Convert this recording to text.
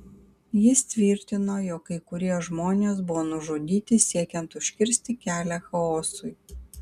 jis tvirtino jog kai kurie žmonės buvo nužudyti siekiant užkirsti kelią chaosui